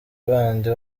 bandi